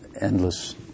endless